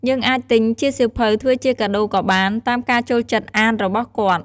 យើងអាចទិញជាសៀវភៅធ្វើជាកាដូរក៏បាន តាមការចូលចិត្តអានរបស់គាត់។